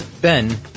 Ben